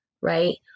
right